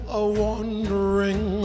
a-wandering